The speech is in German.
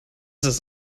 ist